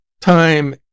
time